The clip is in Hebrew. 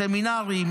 סמינרים,